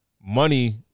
Money